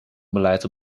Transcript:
beleid